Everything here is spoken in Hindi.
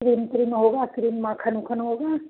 क्रीम क्रीम होगा क्रीम माखन ओखन होगा